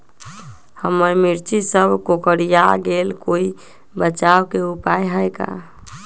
हमर मिर्ची सब कोकररिया गेल कोई बचाव के उपाय है का?